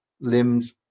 limbs